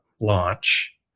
launch